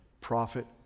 prophet